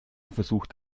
versucht